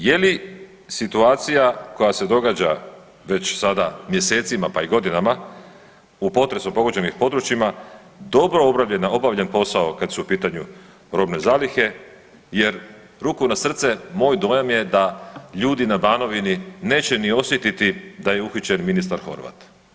Dakle, je li situacija koja se događa već sada mjesecima pa i godinama u potresu pogođenim područjima dobro obavljena, obavljen posao kad su u pitanju robne zalihe jer ruku na srce moj dojam je da ljudi na Banovini neće ni osjetiti da je uhićen ministar Horvat.